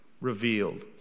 revealed